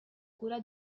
cura